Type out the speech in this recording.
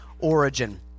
origin